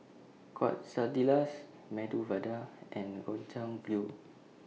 Quesadillas Medu Vada and Gobchang Gui